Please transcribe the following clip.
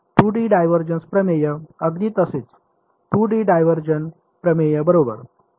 2D divergence प्रमेय अगदी तसेच 2D डायव्हर्जन प्रमेय बरोबर